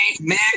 man